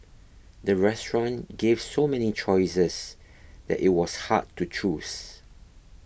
the restaurant gave so many choices that it was hard to choose